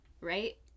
right